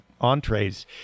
entrees